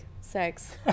sex